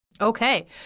Okay